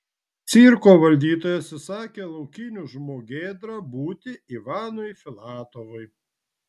cirko valdytojas įsakė laukiniu žmogėdra būti ivanui filatovui